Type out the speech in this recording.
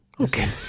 Okay